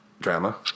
Drama